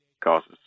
causes